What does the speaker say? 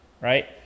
Right